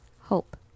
hope